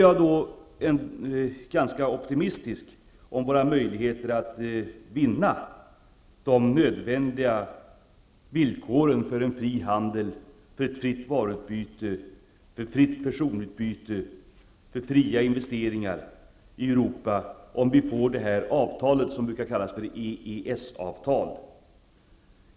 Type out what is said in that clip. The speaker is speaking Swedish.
Jag är ganska optimistisk när det gäller våra möjligheter att vinna de nödvändiga villkoren för en fri handel, ett fritt varuutbyte, ett fritt personutbyte och fria investeringar i Europa om vi får det avtal som brukar kallas EES-avtal.